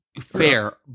Fair